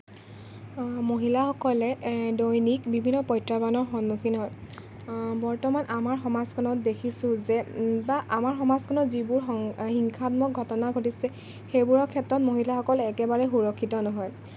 মহিলাসকলে দৈনিক বিভিন্ন প্ৰত্যাহ্বানৰ সন্মুখীন হয় বৰ্তমান আমাৰ সমাজখত দেখিছোঁ যে বা আমাৰ সমাজখনত যিবোৰ হিংসাত্মক ঘটনা ঘটিছে সেইবোৰৰ ক্ষেত্ৰত মহিলাসকল একেবাৰেই সুৰক্ষিত নহয়